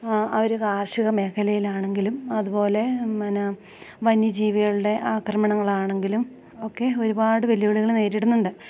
അവർ കാർഷിക മേഖലയിലാണെങ്കിലും അതു പോലെ മന വന്യ ജീവികളുടെ ആക്രമണങ്ങളാണെങ്കിലും ഒക്കെ ഒരുപാട് വെല്ലുവിളികൾ നേരിടുന്നുണ്ട്